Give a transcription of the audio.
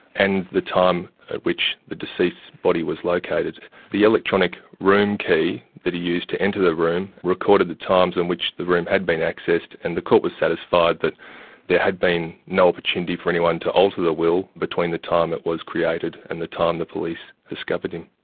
and the time at which the deceased's body was located. the electronic room key that he used to enter the room record of the times in which the room had been accessed and the court was satisfied that there had been no opportunity for anyone to alter the will between the time it was created and the time the police discovered him.